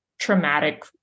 traumatic